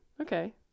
Okay